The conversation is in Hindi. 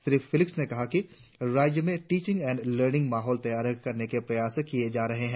श्री फेलिक्स ने कहा राज्य में टिचिंग एण्ड लर्निंग माहौल तैयार करने के प्रयास किये जा रहे है